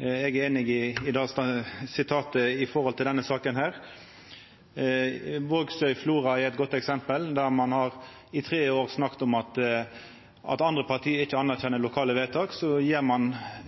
Eg er einig i det sitatet i samband med denne saka. Vågsøy–Flora er eit godt eksempel. Der har ein i tre år snakka om at andre parti ikkje anerkjenner lokale vedtak, så